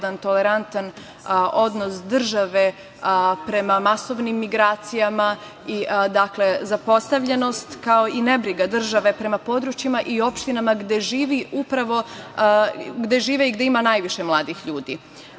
tolerantan odnos države prema masovnim migracijama, dakle, zapostavljenost, kao i nebriga države prema područjima i opštinama gde žive i gde ima najviše mladih ljudi.U